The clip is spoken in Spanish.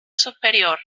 superior